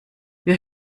wir